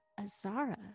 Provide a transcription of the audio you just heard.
azara